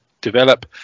develop